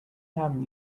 time